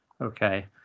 Okay